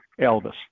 Elvis